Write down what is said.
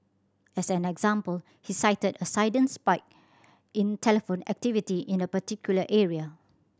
as an example he cited a sudden spike in telephone activity in a particular area